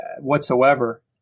whatsoever